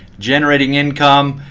generating income,